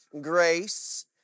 grace